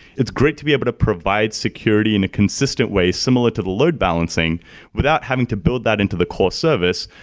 it's great to be able to provide security in a consistent way similar to the load balancing without having to build that into the core service.